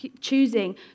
choosing